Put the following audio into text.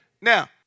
Now